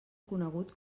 conegut